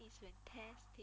is fantastic